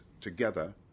together